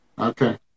Okay